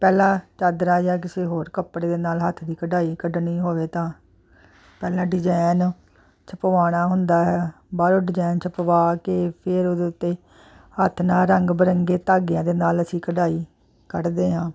ਪਹਿਲਾਂ ਚਾਦਰਾ ਜਾਂ ਕਿਸੇ ਹੋਰ ਕੱਪੜੇ ਦੇ ਨਾਲ ਹੱਥ ਦੀ ਕਢਾਈ ਕੱਢਣੀ ਹੋਵੇ ਤਾਂ ਪਹਿਲਾਂ ਡਿਜਾਇਨ 'ਚ ਪਵਾਉਣਾ ਹੁੰਦਾ ਆ ਬਾਹਰੋਂ ਡਿਜ਼ਾਇਨ 'ਚ ਪਵਾ ਕੇ ਫਿਰ ਉਹਦੇ ਉੱਤੇ ਹੱਥ ਨਾਲ ਰੰਗ ਬਿਰੰਗੇ ਧਾਗਿਆਂ ਦੇ ਨਾਲ ਅਸੀਂ ਕਢਾਈ ਕੱਢਦੇ ਹਾਂ